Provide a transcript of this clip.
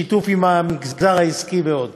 שיתוף עם המגזר העסקי ועוד.